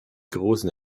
großen